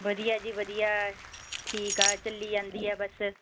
ਵਧੀਆ ਜੀ ਵਧੀਆ ਠੀਕ ਆ ਚੱਲੀ ਜਾਂਦੀ ਆ ਬਸ